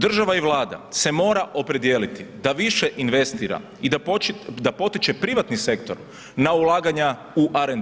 Država i vlada se mora opredijeliti da više investira i da potiče privatni sektor na ulaganje na RND.